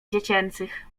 dziecięcych